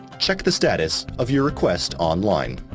check the status of your request online.